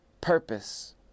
Purpose